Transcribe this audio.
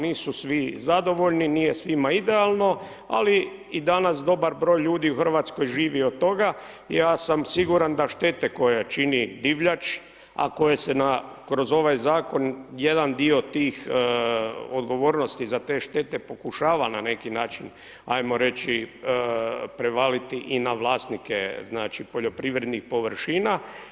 Nisu svi zadovoljni nije svima idealno ali i danas dobar broj ljudi u Hrvatskoj živi od toga i ja sam siguran da štete koje čini divljač ako koje se kroz ovaj Zakon jedan dio tih odgovornosti za te štete pokušava na neki način ajmo reći prevaliti i na vlasnike, znači, poljoprivrednih površina.